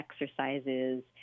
exercises